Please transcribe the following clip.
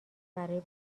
برای